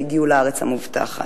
כאשר הגיעו לארץ המובטחת.